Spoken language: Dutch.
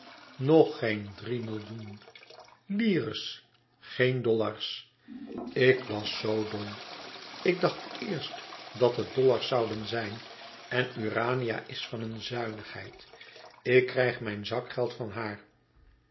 nog geen drie millioen lire's geen dollars ik was zoo dom ik dacht eerst dat het dollars zouden zijn en urania is van een zuinigheid ik krijg mijn zakgeld van haar